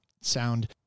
sound